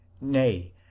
Nay